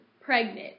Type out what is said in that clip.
pregnant